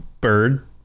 bird